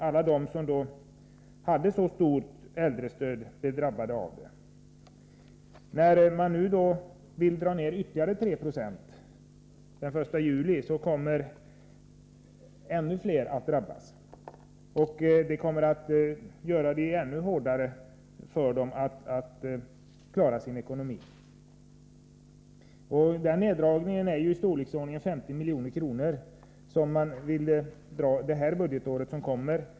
Alla de som hade så stort äldrestöd blev drabbade av denna neddragning. När man nu vill dra ner ytterligare 3 20 den 1 juli, kommer ännu fler att drabbas. Det kommer att bli ännu svårare för dem att klara sin ekonomi. Den neddragningen är i storleksordningen 50 milj.kr. för det budgetår som kommer.